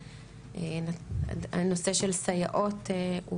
הנושא של סייעות.